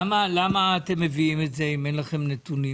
למה אתם מביאים את זה אם אין לכם נתונים?